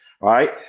Right